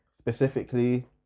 Specifically